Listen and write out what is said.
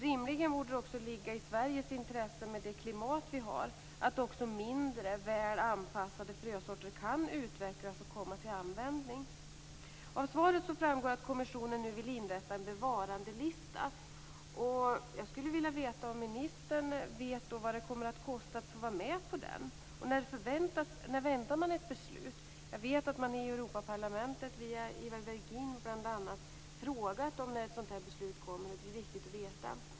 Rimligen borde det med det klimat som vi har ligga i Sveriges intresse att också mindre, väl anpassade frösorter kan utvecklas och komma till användning. Av svaret framgår att kommissionen nu vill inrätta en bevarandelista. Vet ministern vad det kommer att kosta att få vara med på den? När väntar man ett beslut? Jag vet att bl.a. Ivar Virgin i Europaparlamentet har frågat när ett sådant här beslut kommer. Det är viktigt att veta.